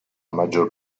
maggior